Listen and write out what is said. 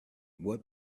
what